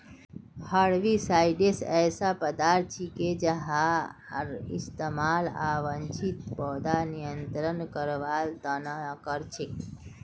herbicides ऐसा पदार्थ छिके जहार इस्तमाल अवांछित पौधाक नियंत्रित करवार त न कर छेक